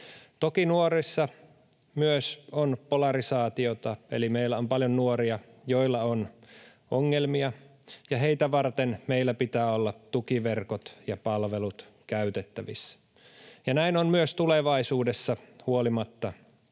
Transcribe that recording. Toki nuorissa myös on polarisaatiota eli meillä on paljon nuoria, joilla on ongelmia, ja heitä varten meillä pitää olla tukiverkot ja palvelut käytettävissä, ja näin on myös tulevaisuudessa, huolimatta nyt